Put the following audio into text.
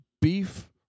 beef